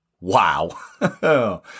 wow